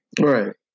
Right